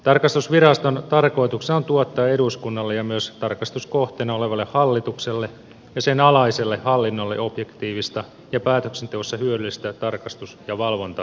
tarkastusviraston tarkoituksena on tuottaa eduskunnalle ja myös tarkastuskohteena olevalle hallitukselle ja sen alaiselle hallinnolle objektiivista ja päätöksenteossa hyödyllistä tarkastus ja valvontatietoa